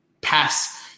pass